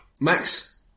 Max